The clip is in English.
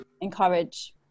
encourage